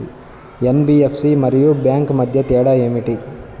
NBFC మరియు bank మధ్య తేడా ఏమిటీ?